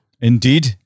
indeed